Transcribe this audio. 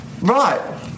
Right